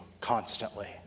constantly